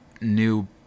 new